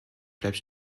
bleibt